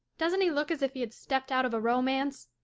doesn't he look as if he had stepped out of a romance?